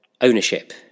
ownership